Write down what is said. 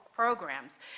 programs